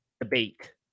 debate